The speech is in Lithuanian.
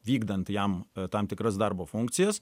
vykdant jam tam tikras darbo funkcijas